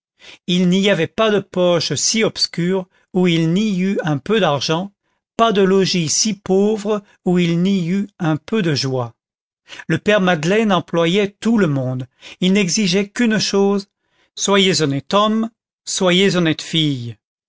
il n'y avait pas de poche si obscure où il n'y eût un peu d'argent pas de logis si pauvre où il n'y eût un peu de joie le père madeleine employait tout le monde il n'exigeait qu'une chose soyez honnête homme soyez honnête fille